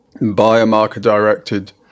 biomarker-directed